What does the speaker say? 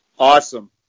Awesome